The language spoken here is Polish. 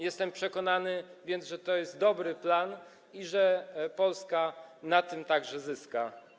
Jestem przekonany, że to jest dobry plan i że Polska na tym także zyska.